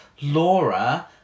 Laura